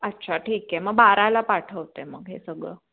अच्छा ठीक आहे मग बाराला पाठवते मग हे सगळं